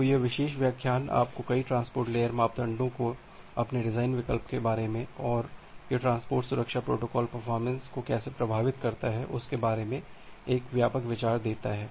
तो यह विशेष व्याख्यान आपको कई ट्रांसपोर्ट लेयर मापदंडों के अपने डिजाइन विकल्प के बारे में और यह ट्रांसपोर्ट सुरक्षा प्रोटोकॉल परफॉरमेंस को कैसे प्रभावित करता है उसके बारे में एक व्यापक विचार देता है